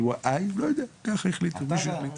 לא יודע, ככה מישהו החליט